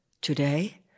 Today